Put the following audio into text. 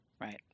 Right